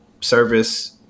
service